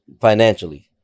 financially